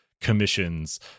commissions